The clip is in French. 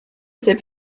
ses